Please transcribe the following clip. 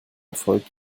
erfolg